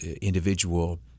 individual